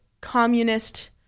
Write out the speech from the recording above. Communist